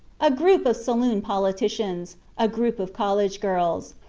a group of saloon politicians, a group of college girls.